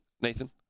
nathan